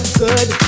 good